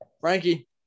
Frankie